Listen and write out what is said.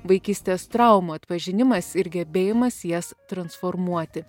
vaikystės traumų atpažinimas ir gebėjimas jas transformuoti